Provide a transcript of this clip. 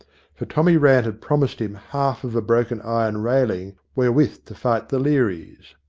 for tommy rann had promised him half of a broken iron railing wherewith to fight the learys.